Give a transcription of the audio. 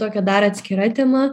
tokia dar atskira tema